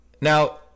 Now